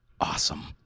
Awesome